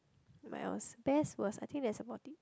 mine was best worst I think that's about it